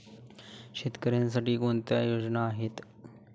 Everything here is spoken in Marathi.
शेतकऱ्यांसाठी कोणत्या योजना आहेत?